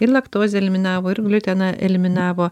ir laktozę eliminavo ir gliuteną eliminavo